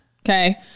okay